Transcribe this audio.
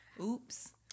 Oops